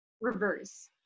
reverse